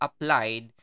applied